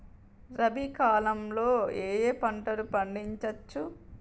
రబీ కాలంలో ఏ ఏ పంట పండించచ్చు?